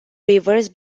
rivers